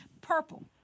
purple